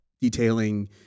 Detailing